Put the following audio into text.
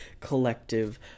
collective